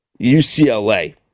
UCLA